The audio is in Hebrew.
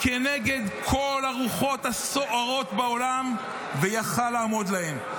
כנגד כל הרוחות הסוערות בעולם ויכול היה לעמוד להן.